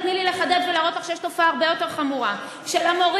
תני לי לחדד ולהראות לך שיש תופעה הרבה יותר חמורה: מורים,